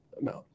amount